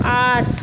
আট